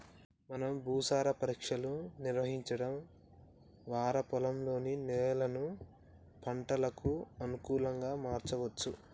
మనం భూసార పరీక్షలు నిర్వహించడం వారా పొలంలోని నేలను పంటలకు అనుకులంగా మార్చవచ్చు